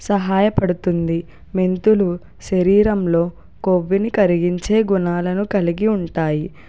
సహాయపడుతుంది మెంతులు శరీరంలో కొవ్వుని కరిగించే గుణాలను కలిగి ఉంటాయి